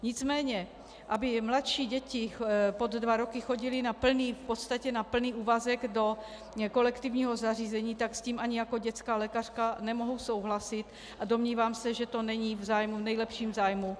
Nicméně aby mladší děti pod dva roky chodily v podstatě na plný úvazek do kolektivního zařízení, tak s tím ani jako dětská lékařka nemohu souhlasit a domnívám se, že to není v nejlepším zájmu...